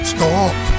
Stop